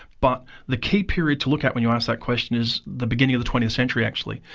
but the key period to look at when you ask that question is the beginning of the twentieth century, actually,